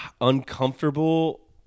uncomfortable